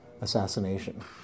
assassination